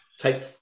Take